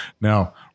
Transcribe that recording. Now